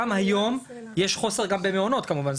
גם היום יש חוסר גם במעונות כמובן,